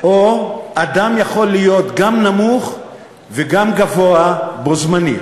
או אדם יכול להיות גם נמוך וגם גבוה בו-בזמן.